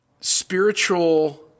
spiritual